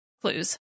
clues